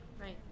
right